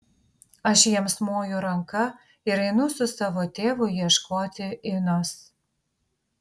aš jiems moju ranka ir einu su savo tėvu ieškoti inos